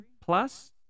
plus